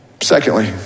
Secondly